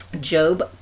Job